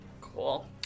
Cool